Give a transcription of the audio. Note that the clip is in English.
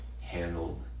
Handled